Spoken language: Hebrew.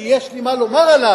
כי יש לי מה לומר עליו,